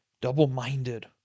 double-minded